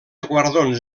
guardons